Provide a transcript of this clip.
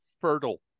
fertile